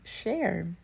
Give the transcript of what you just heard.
share